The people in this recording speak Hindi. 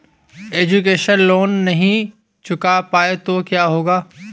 एजुकेशन लोंन नहीं चुका पाए तो क्या होगा?